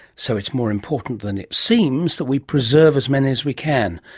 so it's more important than it seems that we preserve as many as we can.